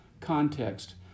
context